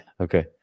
okay